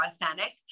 authentic